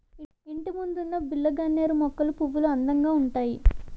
ఇంటిముందున్న బిల్లగన్నేరు మొక్కల పువ్వులు అందంగా ఉంతాయి